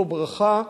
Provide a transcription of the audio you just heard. זו ברכה.